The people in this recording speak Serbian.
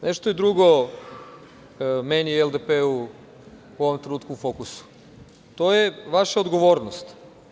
Nešto je drugo meni i LDP u ovom trenutku u fokusu, to je vaša odgovornost.